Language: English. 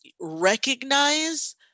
recognize